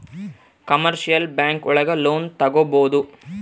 commercial bank ಒಳಗ loan ತಗೊಬೋದು